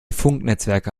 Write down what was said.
funknetzwerke